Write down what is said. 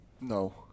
No